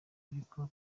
ariko